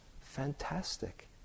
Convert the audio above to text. fantastic